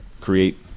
create